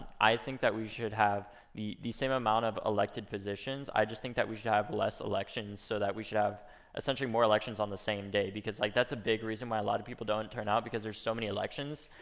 i think that we should have the the same amount of elected positions. i just think that we should have less elections, so that we should have essentially more elections on the same day, because like that's a big reason why a lot of people don't turn out because there's so many elections.